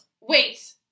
Wait